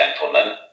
gentlemen